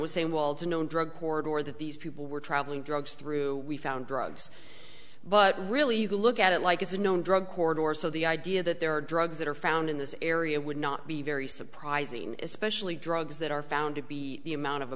was saying wall to known drug court or that these people were traveling drugs through we found drugs but really you look at it like it's a known drug court or so the idea that there are drugs that are found in this area would not be very surprising especially drugs that are found to be the amount of a